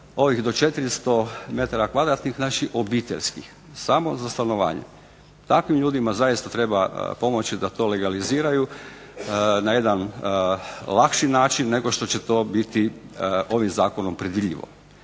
ovih do 400 metara kvadratnih, znači obiteljskih, samo za stanovanje. Takvim ljudima zaista treba pomoći da to legaliziraju na jedan lakši način nego što će to biti ovim zakonom predvidljivo.